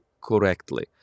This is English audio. correctly